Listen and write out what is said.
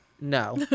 No